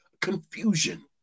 confusion